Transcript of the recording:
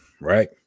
right